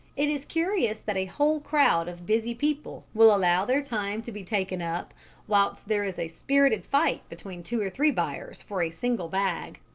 it is curious that a whole crowd of busy people will allow their time to be taken up whilst there is a spirited fight between two or three buyers for a single bag.